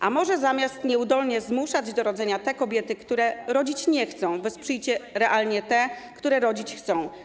A może zamiast nieudolnie zmuszać do rodzenia te kobiety, które rodzić nie chcą, wesprzyjcie realnie te, które rodzić chcą.